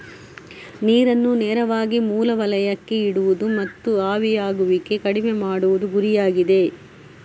ನೀರನ್ನು ನೇರವಾಗಿ ಮೂಲ ವಲಯಕ್ಕೆ ಇಡುವುದು ಮತ್ತು ಆವಿಯಾಗುವಿಕೆ ಕಡಿಮೆ ಮಾಡುವುದು ಗುರಿಯಾಗಿದೆ